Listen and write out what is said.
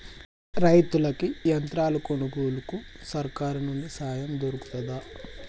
రైతులకి యంత్రాలు కొనుగోలుకు సర్కారు నుండి సాయం దొరుకుతదా?